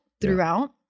throughout